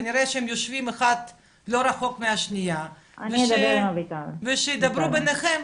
כנראה שהן יושבות אחת לא רחוק מהשנייה ושידברו ביניהן.